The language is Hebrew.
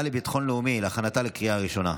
לביטחון לאומי להכנתה לקריאה ראשונה.